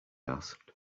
asked